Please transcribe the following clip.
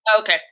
Okay